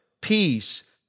peace